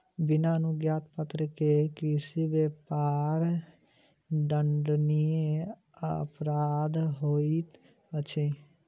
बिना अनुज्ञापत्र के कृषि व्यापार दंडनीय अपराध होइत अछि